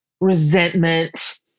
resentment